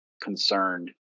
concerned